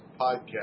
podcast